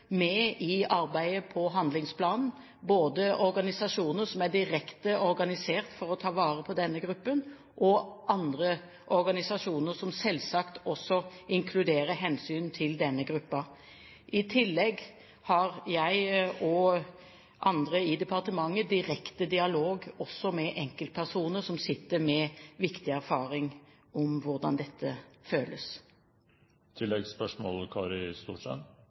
med i arbeidet med handlingsplanen – både organisasjoner som er direkte organisert for å ta vare på denne gruppen, og andre organisasjoner, som selvsagt også inkluderer hensynet til denne gruppen. I tillegg har jeg og andre i departementet direkte dialog med enkeltpersoner som sitter med viktig erfaring om hvordan dette